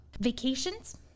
vacations